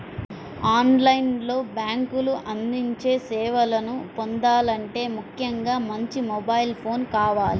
on line లో బ్యేంకులు అందించే సేవలను పొందాలంటే ముఖ్యంగా మంచి మొబైల్ ఫోన్ కావాలి